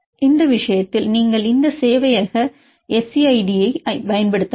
எனவே இந்த விஷயத்தில் நீங்கள் இந்த சேவையக SCide ஐப் பயன்படுத்தலாம்